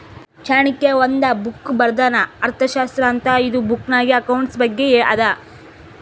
ಚಾಣಕ್ಯ ಒಂದ್ ಬುಕ್ ಬರ್ದಾನ್ ಅರ್ಥಶಾಸ್ತ್ರ ಅಂತ್ ಇದು ಬುಕ್ನಾಗ್ ಅಕೌಂಟ್ಸ್ ಬಗ್ಗೆ ಅದಾ